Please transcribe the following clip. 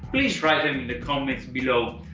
please write them in the comments below.